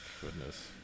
Goodness